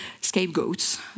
scapegoats